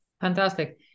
Fantastic